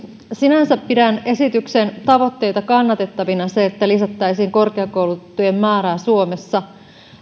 sinänsä pidän esityksen tavoitteita kannatettavina se että lisättäisiin korkeakoulutettujen määrää suomessa on